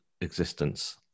existence